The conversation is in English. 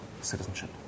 citizenship